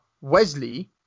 Wesley